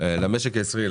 למשק הישראלי,